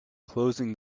closing